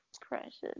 precious